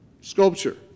sculpture